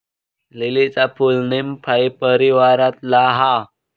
लीलीचा फूल नीमफाई परीवारातला हा